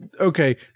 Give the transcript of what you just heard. Okay